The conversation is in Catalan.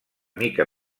mica